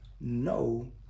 no